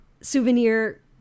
souvenir